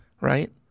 right